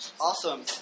Awesome